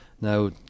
now